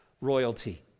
royalty